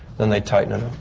then they tighten it.